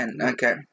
Okay